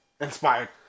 inspired